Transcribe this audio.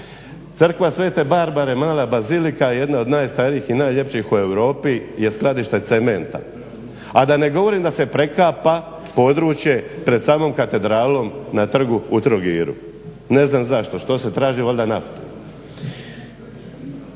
Crkva sv. Barbare mala bazilika je jedna od najstarijih i najljepših u Europi je skladište cementa. A da ne govorim da se prekapa područje pred samom katedralom na trgu u Trogiru, ne znam zašto, što se traži, valjda nafta.